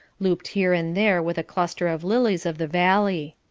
looped here and there with a cluster of lilies of the valley.